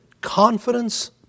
confidence